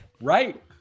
Right